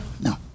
No